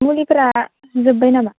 मुलिफोरा जोबबाय नामा